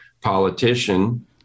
politician